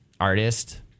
artist